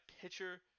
pitcher